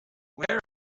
where